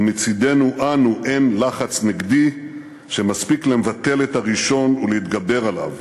ומצדנו אנו אין לחץ נגדי שמספיק לבטל את הראשון ולהתגבר עליו,